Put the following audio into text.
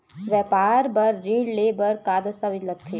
व्यापार बर ऋण ले बर का का दस्तावेज लगथे?